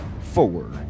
four